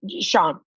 Sean